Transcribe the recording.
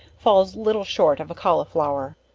falls little short of a colliflour.